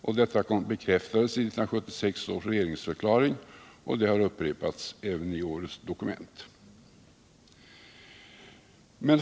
Det bekräftades i 1976 års regeringsförklaring, och det har upprepats i årets dokument.